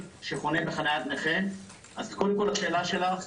אז קודם כל לשאלתך,